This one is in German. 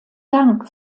dank